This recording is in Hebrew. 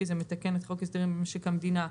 כי זה מתקן את חוק הסדרים במשק המדינה,